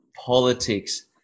politics